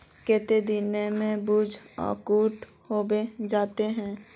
केते दिन में भेज अंकूर होबे जयते है?